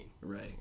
right